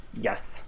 yes